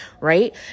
right